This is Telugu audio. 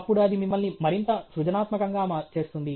అప్పుడు అది మిమ్మల్ని మరింత సృజనాత్మకంగా చేస్తుంది